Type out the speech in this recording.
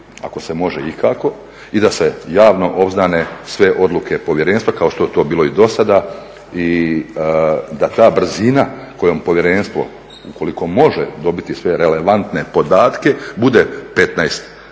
ako se može ikako i da se javno obznane sve odluke Povjerenstva kao što je to bilo i do sada i da ta brzina kojom Povjerenstvo ukoliko može dobiti sve relevantne podatke bude 15